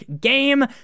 game